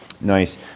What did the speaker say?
Nice